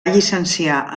llicenciar